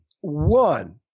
One